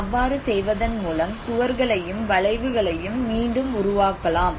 அவ்வாறு செய்வதன் மூலம் சுவர்களையும் வளைவுகளையும் மீண்டும் உருவாக்கலாம்